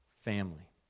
family